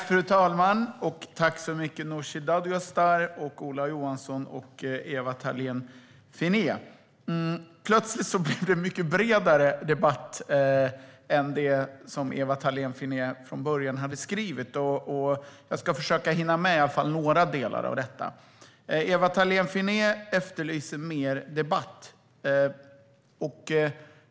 Fru talman! Tack så mycket, Nooshi Dadgostar, Ola Johansson och Ewa Thalén Finné. Plötsligt blev det en mycket bredare debatt än det som Ewa Thalén Finné från början hade tagit upp. Jag ska försöka att hinna med i alla fall några frågor. Ewa Thalén Finné efterlyser mer debatt om bostadspolitiken.